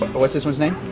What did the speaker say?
what's this one's name?